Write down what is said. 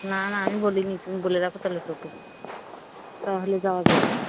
না না আমি বলি নি তুমি বলে রাখো তাহলে টোটো তাহলে যাওয়া যাবে